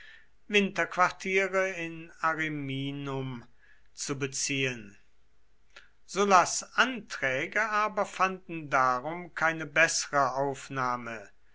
winterquartiere in ariminum zu beziehen sullas anträge aber fanden darum keine bessere aufnahme